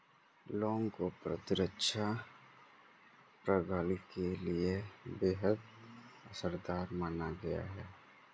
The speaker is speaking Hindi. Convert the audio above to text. लौंग को प्रतिरक्षा प्रणाली के लिए बेहद असरदार माना गया है